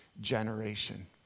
generation